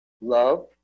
Love